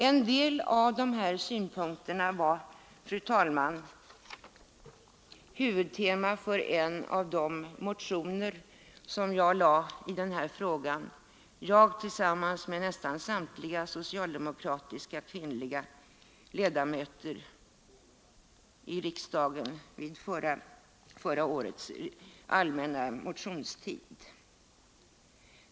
En del av dessa synpunkter var, fru talman, huvudtema för en av de motioner som jag tillsammans med nästan samtliga socialdemokratiska kvinnliga ledamöter i riksdagen lade i denna fråga under förra årets allmänna motionstid.